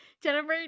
Jennifer